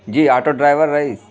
جی auto driver رئیس